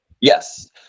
Yes